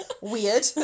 weird